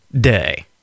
Day